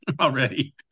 already